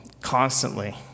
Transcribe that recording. constantly